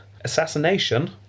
Assassination